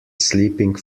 sleeping